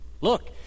look